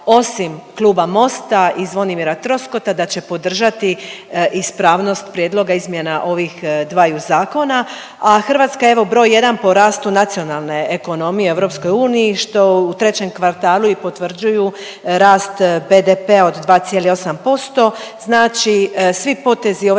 Hrvatska je evo broj jedan po rastu nacionalne ekonomije u EU što u trećem kvartalu i potvrđuju rast BDP-a od 2,8%.